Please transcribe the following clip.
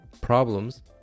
problems